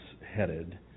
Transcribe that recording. headed